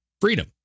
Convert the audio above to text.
Freedom